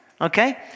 Okay